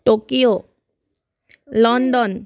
Tokyo London